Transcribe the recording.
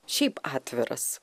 šiaip atviras